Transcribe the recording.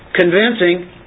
convincing